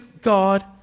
God